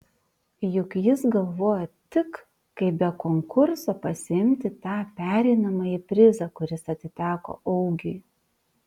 juk jis galvojo tik kaip be konkurso pasiimti tą pereinamąjį prizą kuris atiteko augiui